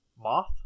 Moth